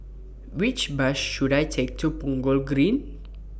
Which Bus should I Take to Punggol Green